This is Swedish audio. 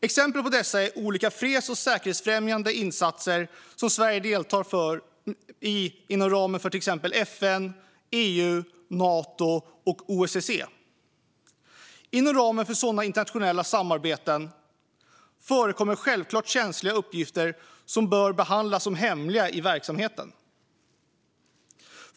Exempel på dessa är olika freds och säkerhetsfrämjande insatser som Sverige deltar i inom ramen för till exempel FN, EU, Nato och OSSE. Inom sådana internationella samarbeten förekommer självklart känsliga uppgifter som bör behandlas som hemliga i verksamheten.